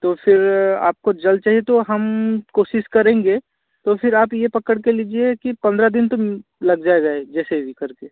तो फिर आप को जल्द चाहिए तो हम कोशिश करेंगे तो फिर आप यह पकड़ के लीजिए कि पंद्रह दिन तो मिन लग जाएगा जैसे भी कर के